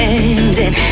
ending